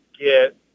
get